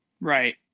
right